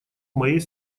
моей